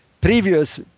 previous